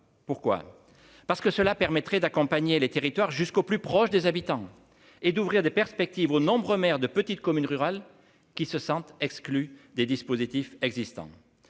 pourquoi, parce que cela permettrait d'accompagner les territoires jusqu'au plus proche des habitants et d'ouvrir des perspectives aux nombreux maires de petites communes rurales qui se sentent exclus des dispositifs existants,